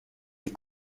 les